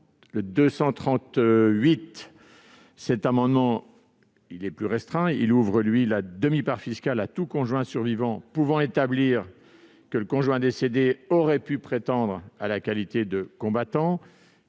I-238 rectifié, plus restreint, tend à ouvrir la demi-part fiscale à tout conjoint survivant pouvant établir que le conjoint décédé aurait pu prétendre à la qualité de combattant.